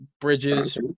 Bridges